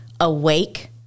awake